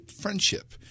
friendship